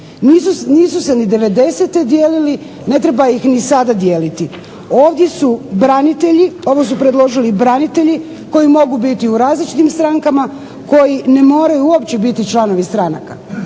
Nisu se ni '90. dijelili, ne treba ih ni sada dijeliti. Ovdje su branitelji, ovo su predložili branitelji koji mogu biti u različitim strankama, koji ne moraju uopće biti članovi stranaka.